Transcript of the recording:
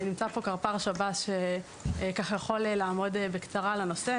נמצא פה קרפ"ר שב"ס שיכול לעמוד בקצרה על הנושא,